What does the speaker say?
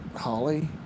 Holly